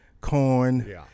corn